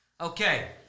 Okay